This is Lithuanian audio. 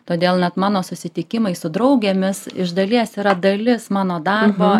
todėl net mano susitikimai su draugėmis iš dalies yra dalis mano darbo